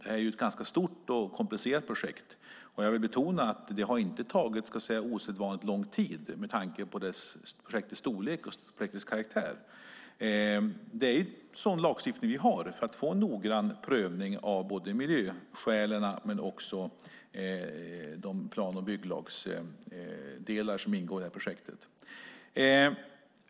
Det är ett stort och komplicerat projekt, och jag vill betona att det inte tagit osedvanligt lång tid med tanke på projektets storlek och karaktär. Vi har en sådan lagstiftning för att få en noggrann prövning av både miljöskälen och de plan och bygglagsdelar som ingår i projektet.